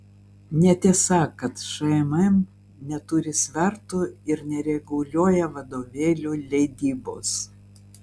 netiesa kad šmm neturi svertų ir nereguliuoja vadovėlių leidybos